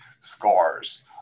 scores